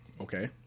Okay